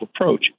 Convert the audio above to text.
approach